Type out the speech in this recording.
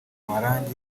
amarangi